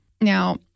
Now